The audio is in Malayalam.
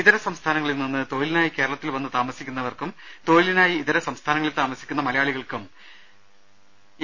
ഇതര സംസ്ഥാനങ്ങളിൽ നിന്ന് തൊഴിലിനായി കേരളത്തിൽ വന്നു താമസിക്കു ന്നവർക്കും തൊഴിലിനായി ഇതര സംസ്ഥാനങ്ങളിൽ താമസിക്കുന്ന മല യാളികൾക്കും എ